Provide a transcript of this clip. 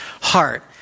heart